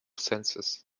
senses